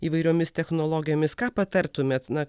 įvairiomis technologijomis ką patartumėt na